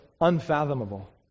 unfathomable